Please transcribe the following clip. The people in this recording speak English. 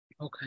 Okay